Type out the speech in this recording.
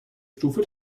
stufe